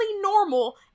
normal